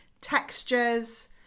textures